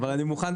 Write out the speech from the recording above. אבל אני מוכן.